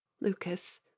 Lucas